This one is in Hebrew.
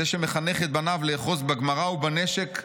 זה שמחנך את בניו לאחוז בגמרא ובנשק,